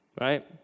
right